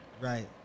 right